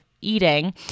eating